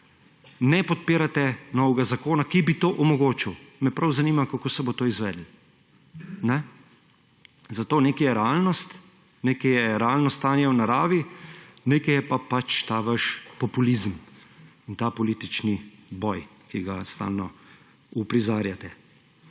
ne podpirate novega zakona, ki bi to omogočil. Me prav zanima, kako se bo to izvedlo. Zato: nekaj je realnost, nekaj je realno stanje v naravi, nekaj je pa pač ta vaš populizem in ta politični boj, ki ga stalno uprizarjate.